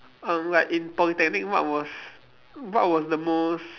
um like in Polytechnic what was what was the most